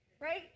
right